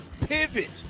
Pivot